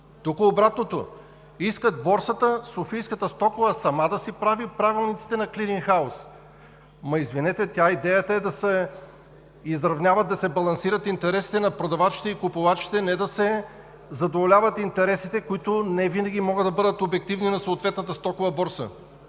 Тук е обратното – искат Софийската стокова борса сама да си прави правилниците на клиринг хауз. Извинете, идеята е да се изравняват, да се балансират интересите на продавачите и купувачите, не да се задоволяват интересите, които невинаги могат да бъдат обективни на съответната стокова борса.